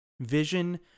Vision